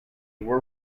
were